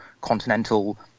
continental